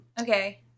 Okay